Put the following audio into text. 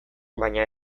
baina